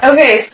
Okay